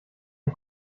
ein